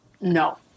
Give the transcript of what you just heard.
No